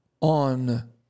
on